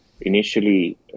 initially